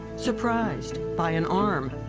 surprised by an arm,